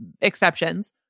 exceptions